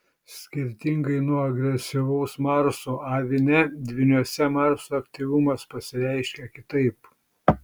skirtingai nuo agresyvaus marso avine dvyniuose marso aktyvumas pasireiškia kitaip